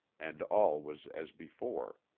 and all was as before.